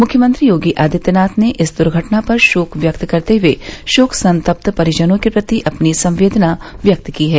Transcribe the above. मुख्यमंत्री योगी आदित्यनाथ ने इस दुर्घटना पर शोक व्यक्त करते हुये शोक संतप्त परिजनों के प्रति अपनी संवेदनायें व्यक्त की है